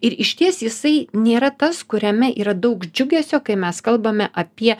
ir išties jisai nėra tas kuriame yra daug džiugesio kai mes kalbame apie